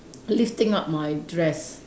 lifting up my dress